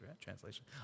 translation